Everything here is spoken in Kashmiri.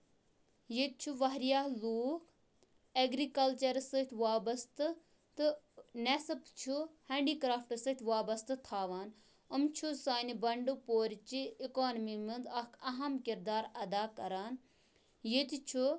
ییٚتہِ چھُ واریاہ لوٗکھ اٮ۪گرکَلچرَس سۭتۍ وابَستہٕ تہٕ نیصف چھُ ہینڈی کریفٹَس سۭتۍ وابَستہٕ تھاوان أمۍ چھُ سانہِ بَنڈپورچہِ اِکونمی منٛز اکھ اَہم کِردار اَدا کران ییٚتہِ چھُ